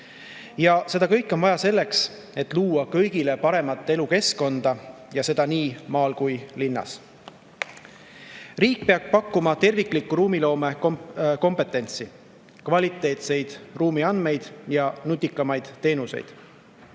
seda kõike on vaja selleks, et luua kõigile paremat elukeskkonda, seda nii maal kui ka linnas. Riik peab pakkuma terviklikku ruumiloome kompetentsi, kvaliteetseid ruumiandmeid ja nutikamaid teenuseid.